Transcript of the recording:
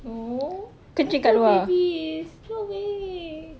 no my poor babies no way